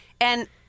And-